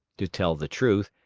to tell the truth,